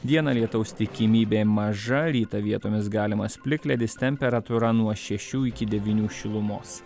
dieną lietaus tikimybė maža rytą vietomis galimas plikledis temperatūra nuo šešių iki devynių šilumos